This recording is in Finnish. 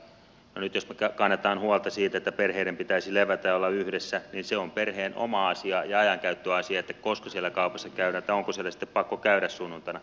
nyt jos me kannamme huolta siitä että perheiden pitäisi levätä ja olla yhdessä niin se on perheen oma asia ja ajankäyttöasia koska siellä kaupassa käydään tai onko siellä sitten pakko käydä sunnuntaina